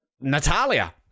natalia